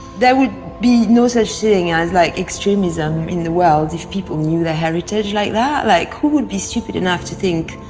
there would be no such thing as like extremism in the world if people knew their heritage like that, like who would be stupid enough to think